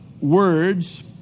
words